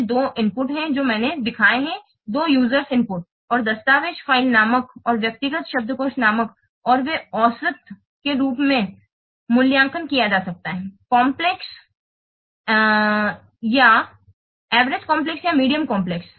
तो ये दो इनपुट हैं जो मैंने दिखाए हैं कि 2 यूजरस इनपुट हैं दस्तावेज़ फ़ाइल नाम और व्यक्तिगत शब्दकोश नाम और वे औसत के रूप में मूल्यांकन किया जा सकता है जटिल या मध्यम जटिल